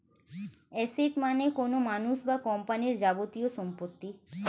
asset মানে কোনো মানুষ বা কোম্পানির যাবতীয় সম্পত্তি